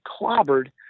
clobbered